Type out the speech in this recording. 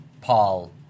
Paul